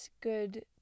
good